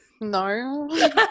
No